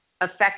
affect